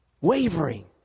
wavering